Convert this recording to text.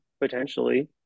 potentially